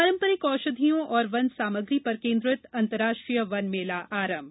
पारंपरिक औषधियों और वन सामग्री पर केन्द्रित अंतरराष्ट्रीय वन मेला आरंभ